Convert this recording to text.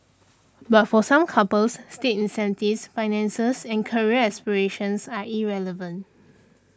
but for some couples state incentives finances and career aspirations are irrelevant